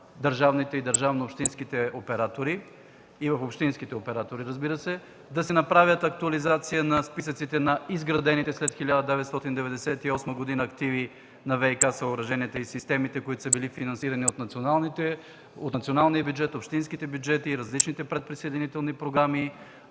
държавните и държавно-общинските оператори и в общинските оператори, разбира се, да си направят актуализация на списъците на изградените през 1998 г. активи на ВиК съоръженията и системите, които са били финансирани от националния бюджет, от общинските бюджети и от различните предприсъединителни програми,